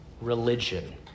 religion